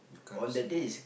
you can't see